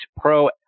Pro